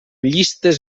llistes